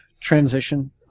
transition